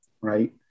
right